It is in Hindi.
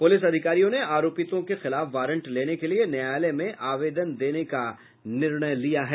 पुलिस अधिकारियों ने आरोपितों के खिलाफ वारंट लेने के लिए न्यायालय में आवेदन देने का निर्णय लिया है